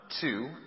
two